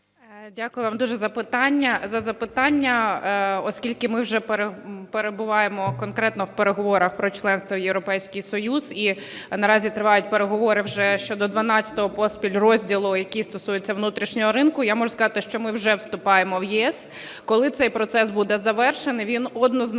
Дякую вам дуже за запитання. Оскільки ми вже перебуваємо конкретно в переговорах про членство в Європейський Союз і наразі тривають переговори вже щодо 12-го поспіль розділу, який стосується внутрішнього ринку, я можу сказати, що ми вже вступаємо в ЄС. Коли цей процес буде завершений, він однозначно